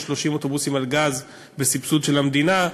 30 אוטובוסים הפועלים על גז בסבסוד של המדינה.